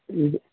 മ്മ്